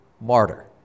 martyr